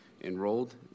enrolled